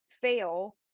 fail